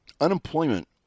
Unemployment